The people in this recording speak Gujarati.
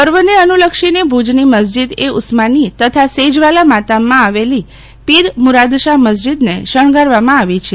પર્વને અનુલક્ષીને ભુજની મસ્જીદ એ ઉસ્માનની તથા સેજવાલા માતામમાં આવેલી પીર મુરાદશા મસ્જીદને શણગારવામાં આવી છે